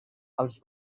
als